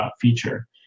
feature